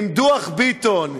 אם דוח ביטון,